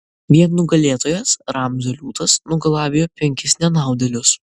vien nugalėtojas ramzio liūtas nugalabijo penkis nenaudėlius